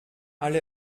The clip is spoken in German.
alle